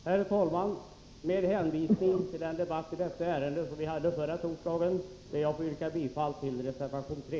Herr talman! Med hänvisning till den debatt i detta ärende som vi hade förra torsdagen ber jag att få yrka bifall till reservation 3.